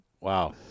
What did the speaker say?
Wow